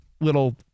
little